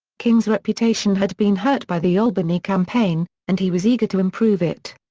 king's reputation had been hurt by the albany campaign, and he was eager to improve it.